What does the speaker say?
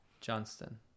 Johnston